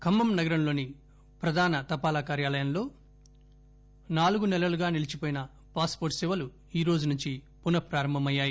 ఖమ్మం నగరంలోని ప్రధాన తపాలా కార్పాలయంలో గత నాలుగు నెలలుగా నిలీచిపోయిన పాస్ పోర్టు సేవలు ఈ రోజు నుంచి పునఃప్రారంభమయ్యాయి